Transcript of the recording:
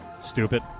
stupid